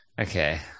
okay